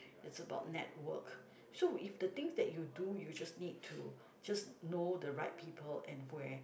it's about network so if the thing that you do you just need to just know the right people and where